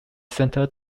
central